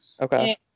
Okay